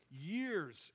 years